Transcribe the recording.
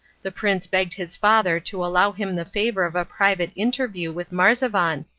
the prince begged his father to allow him the favour of a private interview with marzavan,